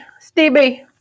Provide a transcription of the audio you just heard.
Stevie